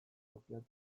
kopiatu